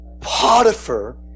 Potiphar